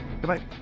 Goodbye